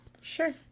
sure